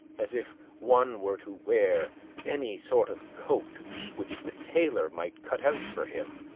as if one were to wear any sort of coat which the tailor might cut out for him,